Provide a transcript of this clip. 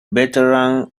veteran